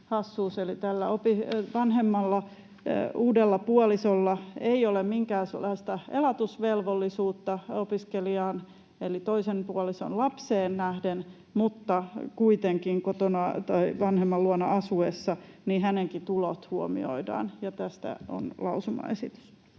Tällä vanhemman uudella puolisolla ei ole minkäänlaista elatusvelvollisuutta opiskelijaan eli puolisonsa lapseen nähden, mutta kuitenkin kotona tai vanhemman luona asuessa hänenkin tulonsa huomioidaan. Ja tästä on lausumaesitys.